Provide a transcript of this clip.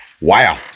Wow